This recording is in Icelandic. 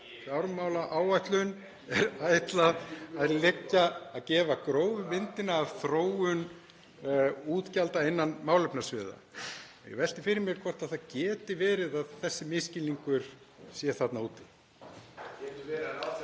í.)Fjármálaáætlun er ætlað (Gripið fram í.) að gefa grófu myndin af þróun útgjalda innan málefnasviða. Ég velti fyrir mér hvort það geti verið að þessi misskilningur sé þarna úti.